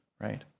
Right